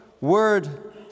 word